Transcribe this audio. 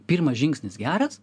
pirmas žingsnis geras